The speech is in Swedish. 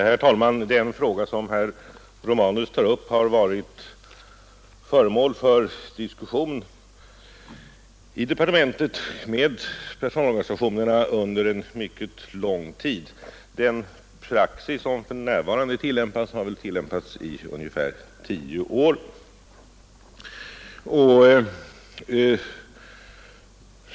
Herr talman! Den fråga som herr Romanus tar upp har i departementet varit föremål för diskussion med personalorganisationerna under mycket lång tid. Nuvarande praxis har väl tillämpats i ungefär tio år.